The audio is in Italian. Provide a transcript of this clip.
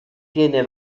tiene